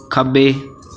ਖੱਬੇ